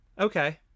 Okay